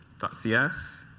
dot cs.